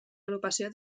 agrupació